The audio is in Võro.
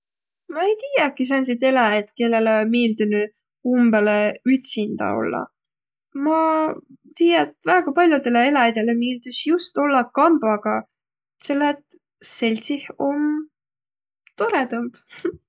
Ma ei tiiäki sääntsit eläjit kellele miildünüq umbõlõ ütsindä ollaq. Ma tiiä, et väega pall'odõlõ eläjidele miildüs just ollaq kambaga. Selle et seldsih om torõdamb.